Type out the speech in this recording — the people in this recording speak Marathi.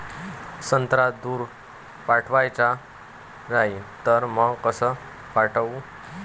संत्रा दूर पाठवायचा राहिन तर मंग कस पाठवू?